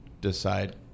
decide